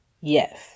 Yes